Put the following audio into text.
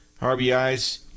RBIs